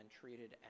treated